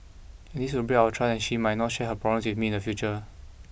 and this would break our trust and she might not share her problems with me in the future